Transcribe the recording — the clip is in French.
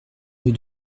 rue